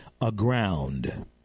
aground